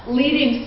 leading